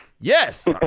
Yes